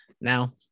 now